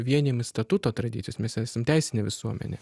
vienijam statuto tradicijas mes esam teisinė visuomenė